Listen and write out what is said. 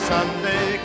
Sunday